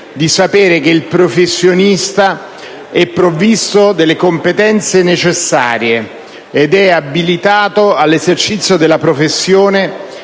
di sapere che il professionista è provvisto delle competenze necessarie ed è abilitato all'esercizio della professione,